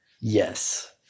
yes